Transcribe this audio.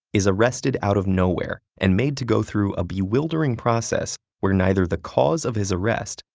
is arrested out of nowhere and made to go through a bewildering process where neither the cause of his arrest,